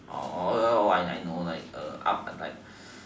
I know like up and right